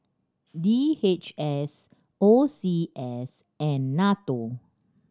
D H S O C S and NATO